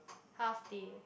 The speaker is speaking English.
half day